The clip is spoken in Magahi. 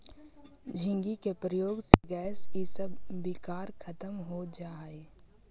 झींगी के प्रयोग से गैस इसब विकार खत्म हो जा हई